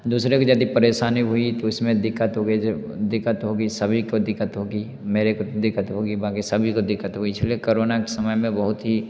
दूसरे को जदि परेशानी हुई तो उसमें दिक्कत होगी जब दिक्कत होगी सभी को दिक्कत होगी मेरे को दिक्कत होगी बाकि सभी को दिक्कत होगी इसलिए करोना के समय में बहुत ही